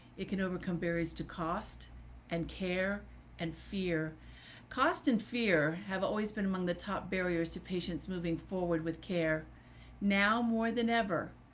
it can overcome barriers to cost and care and fear costs, and fear have always been among the top barriers to patients moving forward with care now more than ever.